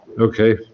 okay